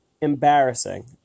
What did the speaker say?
Embarrassing